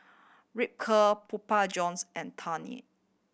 Ripcurl Pupa Johns and